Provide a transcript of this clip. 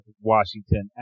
Washington